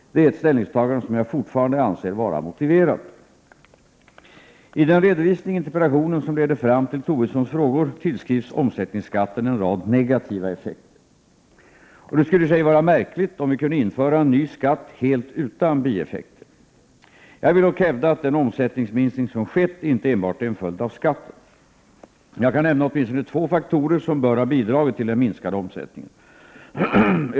Det är ett ställningstagande som jag fortfarande anser vara motiverat. I den redovisning i interpellationen som leder fram till Lars Tobissons frågor tillskrivs omsättningsskatten en rad negativa effekter. Det skulle vara märkligt om vi kunde införa en ny skatt helt utan bieffekter. Jag vill dock hävda att den omsättningsminskning som skett inte enbart är en följd av skatten. Jag kan nämna åtminstone två faktorer som bör ha bidragit till den minskade omsättningen.